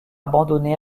abandonné